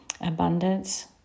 Abundance